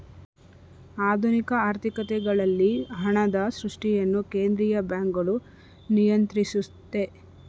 ಆಧುನಿಕ ಆರ್ಥಿಕತೆಗಳಲ್ಲಿ ಹಣದ ಸೃಷ್ಟಿಯನ್ನು ಕೇಂದ್ರೀಯ ಬ್ಯಾಂಕ್ಗಳು ನಿಯಂತ್ರಿಸುತ್ತೆ